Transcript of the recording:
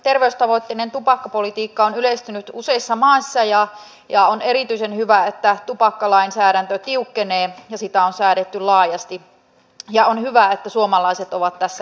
terveystavoitteinen tupakkapolitiikka on yleistynyt useissa maissa ja on erityisen hyvä että tupakkalainsäädäntö tiukkenee ja sitä on säädetty laajasti ja on hyvä että suomalaiset ovat tässä edelläkävijöitä